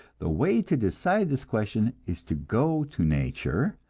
the way to decide this question is to go to nature,